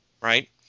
right